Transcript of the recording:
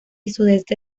sudeste